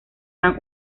man